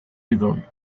idol